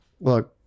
Look